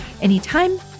anytime